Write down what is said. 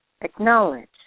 Acknowledge